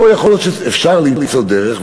פה יכול להיות שאפשר למצוא דרך,